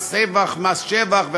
ומס שבח,